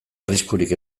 arriskurik